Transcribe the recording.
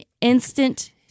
instant